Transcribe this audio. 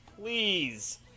please